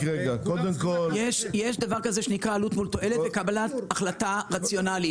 יש דבר כזה שנקרא עלות מול תועלת וקבלת החלטה רציונלית.